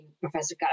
Professor